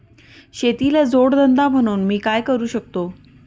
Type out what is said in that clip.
शेतीला जोड धंदा म्हणून मी काय करु शकतो?